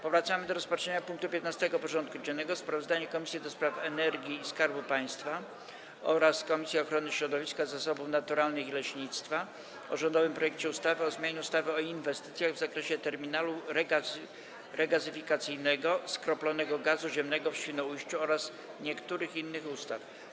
Powracamy do rozpatrzenia punktu 15. porządku dziennego: Sprawozdanie Komisji do Spraw Energii i Skarbu Państwa oraz Komisji Ochrony Środowiska, Zasobów Naturalnych i Leśnictwa o rządowym projekcie ustawy o zmianie ustawy o inwestycjach w zakresie terminalu regazyfikacyjnego skroplonego gazu ziemnego w Świnoujściu oraz niektórych innych ustaw.